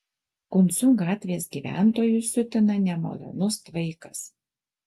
kuncų gatvės gyventojus siutina nemalonus tvaikas